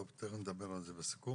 טוב, תיכף נדבר על זה בסיכום.